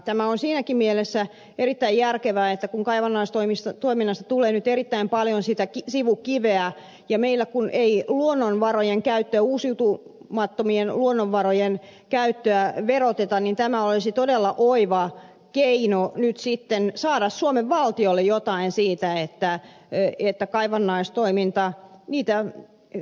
tämä on siinäkin mielessä erittäin järkevää että kun kaivannaistoiminnasta tulee nyt erittäin paljon sitä sivukiveä ja meillä kun ei uusiutumattomien luonnonvarojen käyttöä veroteta niin tämä olisi todella oiva keino nyt sitten saada suomen valtiolle jotain siitä että kaivannaistoimintaa harjoitetaan